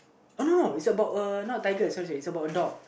uh no no it's about a not tiger sorry sorry it's about a dog